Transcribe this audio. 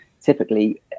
Typically